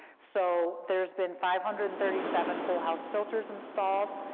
so there's been five hundred and thirty seven whole house filters installed,